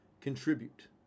contribute